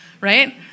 right